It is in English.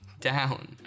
down